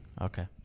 okay